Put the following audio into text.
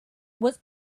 was